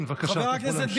כן, בבקשה, אתה יכול להמשיך.